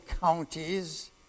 counties